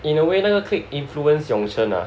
in a way 那个 clique influence Yong Chen ah